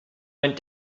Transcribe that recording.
went